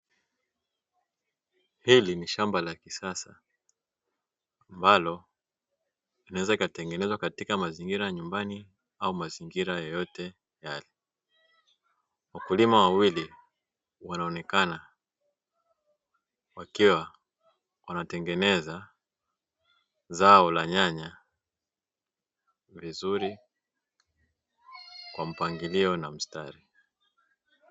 Hili ni shamba la kisasa, ambalo linaweza likatengenezwa katika mazingira ya nyumbani au mazingira yoyote yale. Wakulima wawili wanaonekana wakiwa wanatengeneza zao la nyanya vizuri kwa mpangilio na mstari.